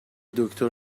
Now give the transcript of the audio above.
دکتر